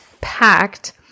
packed